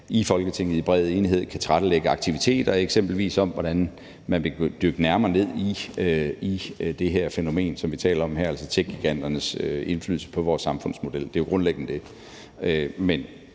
i Folketinget i bred enighed kan tilrettelægge aktiviteter, eksempelvis om, hvordan man vil dykke nærmere ned i det her fænomen, som vi taler om her, altså techgiganternes indflydelse på vores samfundsmodel. Det er jo grundlæggende det.